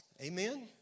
Amen